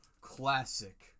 classic